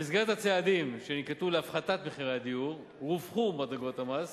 במסגרת הצעדים שננקטו להפחתת מחירי הדיור רווחו מדרגות המס